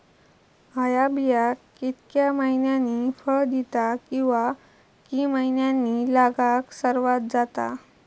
हया बिया कितक्या मैन्यानी फळ दिता कीवा की मैन्यानी लागाक सर्वात जाता?